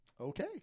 Okay